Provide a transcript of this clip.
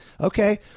Okay